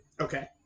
Okay